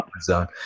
zone